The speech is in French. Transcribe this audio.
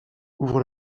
ouvre